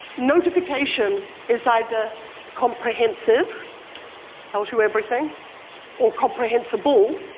notification is either comprehensive tells you everything or comprehensible,